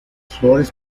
flores